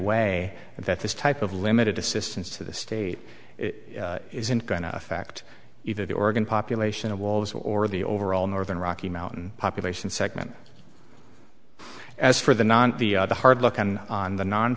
and that this type of limited assistance to the state isn't going to affect either the oregon population of wolves or the overall northern rocky mountain population segment as for the non the hard look on on the non